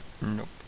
Nope